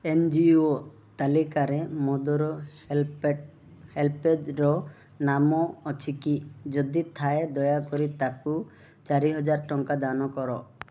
N G O ତାଲିକାରେ Mother ହେଲ୍ପେଟ୍ ହେଲ୍ପେଜ୍ର ନାମ ଅଛିକି ଯଦି ଥାଏ ଦୟାକରି ତାକୁ ଚାରି ହଜାର ଟଙ୍କା ଦାନ କର